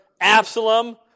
Absalom